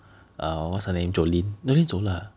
err what's her name Jolyne Jolyne 走了